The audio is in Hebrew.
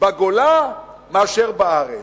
בגולה מאשר בארץ.